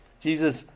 Jesus